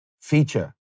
feature